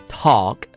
talk